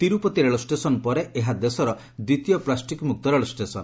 ତିରୁପତି ରେଳଷେସନ୍ ପରେ ଏହା ଦେଶର ଦ୍ୱିତୀୟ ପ୍ଲାଷ୍ଟିକ୍ମୁକ୍ତ ରେଳଷେସନ୍